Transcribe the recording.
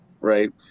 Right